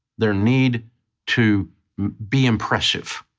their need to be impressive.